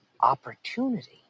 Opportunity